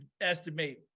estimate